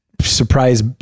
surprise